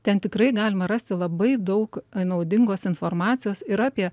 ten tikrai galima rasti labai daug naudingos informacijos yra apie